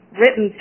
written